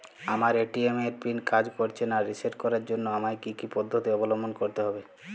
আমার এ.টি.এম এর পিন কাজ করছে না রিসেট করার জন্য আমায় কী কী পদ্ধতি অবলম্বন করতে হবে?